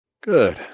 Good